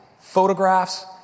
photographs